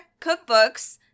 cookbooks